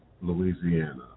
Louisiana